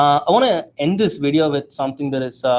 i want to end this video with something that